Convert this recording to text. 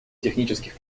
технических